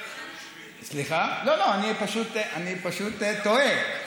אני פשוט תוהה.